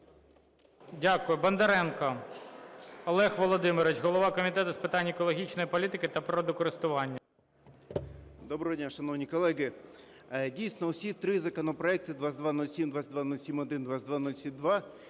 Дякую. Бондаренко Олег Володимирович, голова Комітету з питань екологічної політики та природокористування. 17:41:08 БОНДАРЕНКО О.В. Доброго дня, шановні колеги. Дійсно, усі три законопроекти – 2207, 2207-1, 2207-2